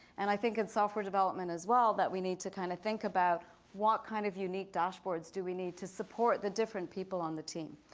and i think in software development as well that we need to kind of think about what kind of unique dashboards do we need to support the different people on the team.